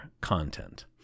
content